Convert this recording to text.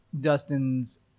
Dustin's